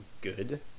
good